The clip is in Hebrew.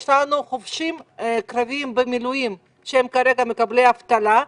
יש לנו חובשים קרביים במילואים שהם כרגע מקבלי אבטלה,